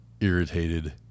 irritated